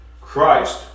Christ